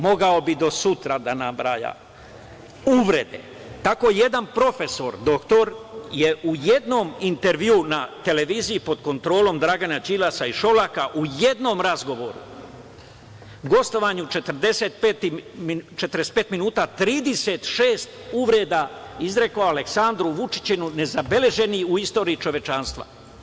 Mogao bih do sutra da nabrajam uvrede, tako jedan profesor, doktor je u jednom intervjuu na televiziji pod kontrolom Dragana Đilasa i Šolaka, u jednom razgovoru, gostovanju od 45 minuta, 36 uvreda izrekao Aleksandru Vučiću, ne zabeleženo u istoriji čovečanstva.